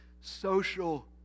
social